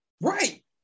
Right